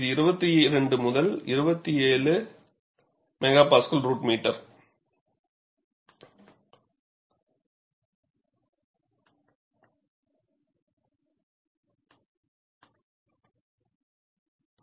இது 22 முதல் 27 MPa √m